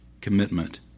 commitment